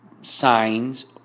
signs